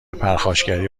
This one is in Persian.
پرخاشگری